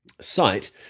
site